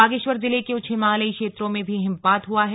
बागेश्वर जिले के उच्च हिमालयी क्षेत्रों में भी हिमपात हुआ है